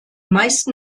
meisten